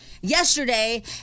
Yesterday